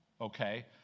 Okay